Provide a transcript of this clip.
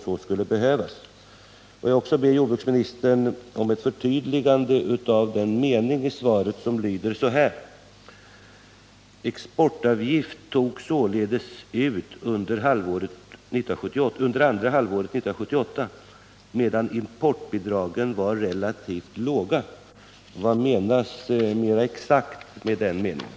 Får jag också be jordbruksministern om ett förtydligande av den mening i svaret som lyder: ”Exportavgift togs således ut under andra halvåret 1978 medan exportbidragen var relativt låga.” Vad menas mer exakt med den meningen?